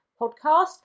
podcast